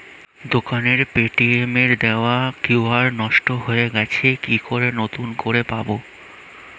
দোকানের পেটিএম এর দেওয়া কিউ.আর নষ্ট হয়ে গেছে কি করে নতুন করে পাবো?